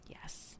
Yes